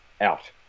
out